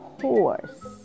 horse